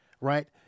right